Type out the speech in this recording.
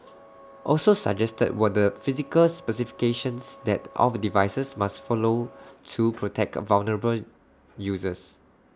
also suggested were the physical specifications that of devices must follow to protect A vulnerable users